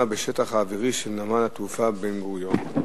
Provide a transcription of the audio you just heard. בשטח האווירי של נמל התעופה בן-גוריון.